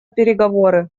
переговоры